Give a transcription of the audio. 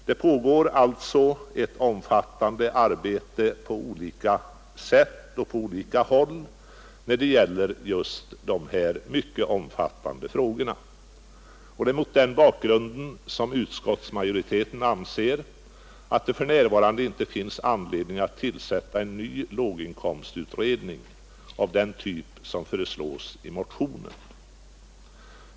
Det pågår alltså på olika sätt och på olika håll ett omfattande arbete när det gäller just dessa mycket stora frågor. Det är mot den bakgrunden som utskottsmajoriteten anser att det för närvarande inte finns anledning att tillsätta en ny låginkomstutredning av den typ som föreslås i motionen.